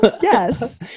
Yes